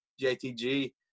JTG